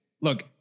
Look